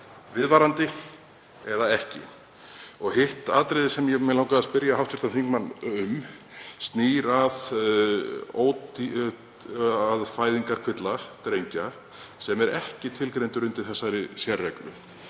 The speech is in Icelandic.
viðvarandi eða ekki. Hitt atriðið sem mig langaði að spyrja hv. þingmann um snýr að fæðingarkvilla drengja sem ekki er tilgreindur undir þessari sérreglu.